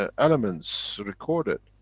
ah elements recorded.